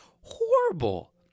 Horrible